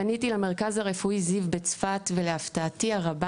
פניתי למרכז הרפואי זיו בצפת ולהפתעתי הרבה